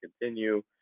continue